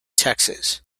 texas